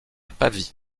pavie